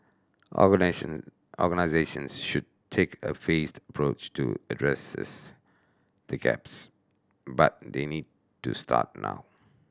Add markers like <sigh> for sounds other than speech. <unintelligible> organisations should take a phased approach to addresses the gaps but they need to start now